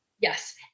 Yes